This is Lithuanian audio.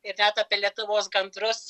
ir net apie lietuvos gandrus